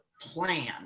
plan